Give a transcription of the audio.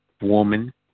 woman